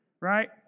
right